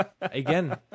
again